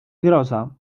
groza